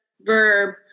verb